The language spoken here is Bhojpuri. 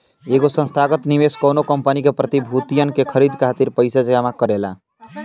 एगो संस्थागत निवेशक कौनो कंपनी के प्रतिभूतियन के खरीदे खातिर पईसा जमा करेला